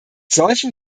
solchen